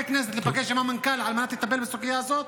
הכנסת להיפגש עם המנכ"ל על מנת לטפל בסוגיה הזאת,